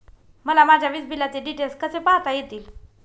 मला माझ्या वीजबिलाचे डिटेल्स कसे पाहता येतील?